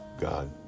God